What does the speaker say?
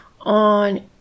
on